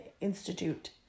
Institute